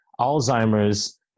Alzheimer's